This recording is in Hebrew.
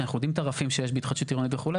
שאנחנו יודעים את הרפים שיש בהתחדשות עירונית וכו',